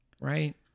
right